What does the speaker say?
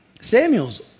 Samuel's